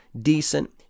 decent